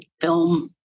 film